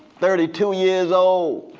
thirty two years old,